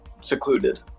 secluded